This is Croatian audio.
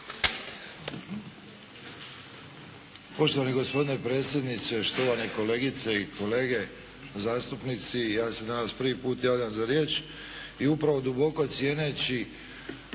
Poštovani gospodine predsjedniče, štovane kolegice i kolege zastupnici. Ja se danas prvi puta javljam za riječ i upravo duboko cijeneći